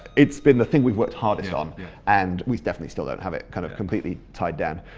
it's been the thing we've worked hardest on and we've definitely still don't have it kind of completely tied down.